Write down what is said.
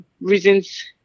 reasons